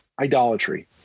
idolatry